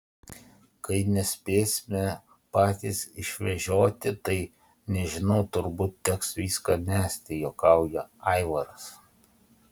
kai nespėsime patys išvežioti tai nežinau turbūt teks viską mesti juokauja aivaras